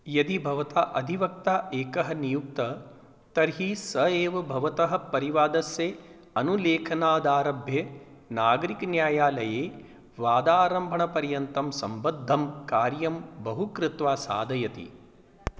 यदि भवता अधिवक्ता एकः नियुक्तः तर्हि सः एव भवतः परिवादस्य अनुलेखनादारभ्य नागरिकन्यायालये वादारम्भणपर्यन्तं सम्बद्धं कार्यं बहु कृत्वा साधयति